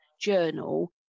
journal